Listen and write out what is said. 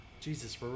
Jesus